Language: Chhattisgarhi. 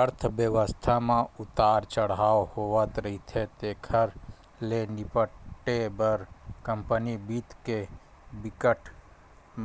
अर्थबेवस्था म उतार चड़हाव होवथ रहिथे तेखर ले निपटे बर कंपनी बित्त के बिकट